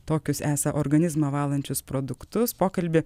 tokius esą organizmą valančius produktus pokalbį